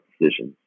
decisions